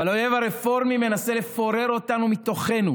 אבל האויב הרפורמי מנסה לפורר אותנו מתוכנו,